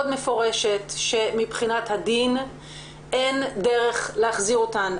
מפורשת שמבחינת הדין אין דרך להחזיר אותן.